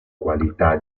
qualità